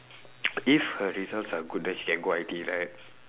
if her results are good then she can go I_T_E right